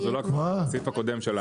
בסעיף הקודם.